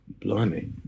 Blimey